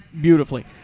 beautifully